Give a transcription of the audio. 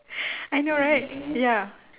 I know right ya